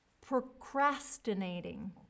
Procrastinating